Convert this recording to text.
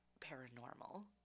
paranormal